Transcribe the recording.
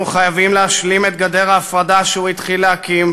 אנחנו חייבים להשלים את גדר ההפרדה שהוא התחיל להקים.